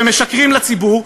ומשקרים לציבור,